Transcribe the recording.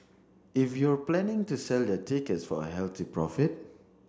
if you're planning to sell your tickets for a healthy profit